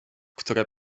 które